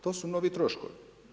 To su novi troškovi.